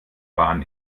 bahn